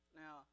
now